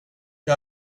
jag